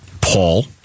Paul